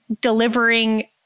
delivering